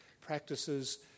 practices